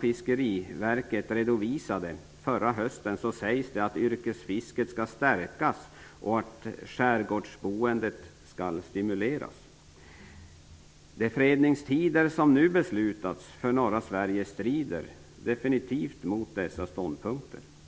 Fiskeriverket redovisade förra hösten sägs det att yrkesfisket skall stärkas och att skärgårdsboendet skall stimuleras. De fredningstider som nu föreslås gälla för norra Sverige strider definitivt mot dessa ståndpunkter.